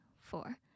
four